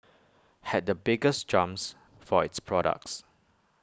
had the biggest jumps for its products